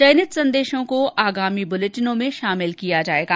चयनित संदेशों को आगामी बुलेटिनों में शामिल किया जाएगा